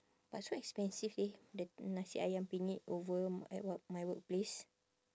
but so expensive leh the nasi ayam penyet over my what my workplace